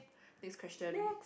next question